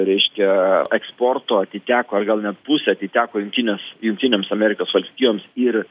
reiškia eksporto atiteko ir gal net pusę atiteko jungtinėms jungtinėms amerikos valstijoms ir